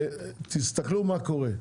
ותסתכלו מה קורה.